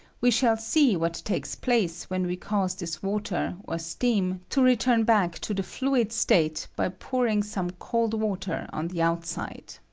we shau see what takes place when we cause this water or steam to return back to the fluid state by pouring some cold water on the outside.